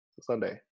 Sunday